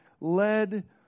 led